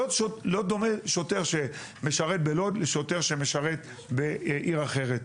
לא דומה שוטר שמשרת בלוד לשוטר שמשרת בעיר אחרת.